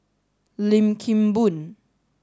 Lim Kim Boon